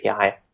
API